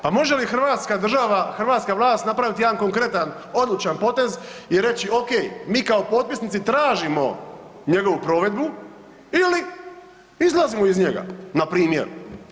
Pa može li Hrvatska država, hrvatska vlast napraviti jedan konkretan odlučan potez i reći ok mi kao potpisnici tražimo njegovu provedbu ili izlazimo iz njega, npr.